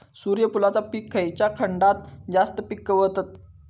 सूर्यफूलाचा पीक खयच्या खंडात जास्त पिकवतत?